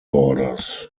borders